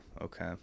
okay